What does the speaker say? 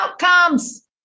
outcomes